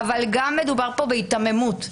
מדובר פה גם בהיתממות.